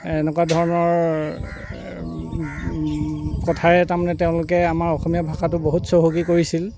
এনেকুৱা ধৰণৰ কথাৰে তাৰমানে তেওঁলোকে আমাৰ অসমীয়া ভাষাটো বহুত চহকী কৰিছিল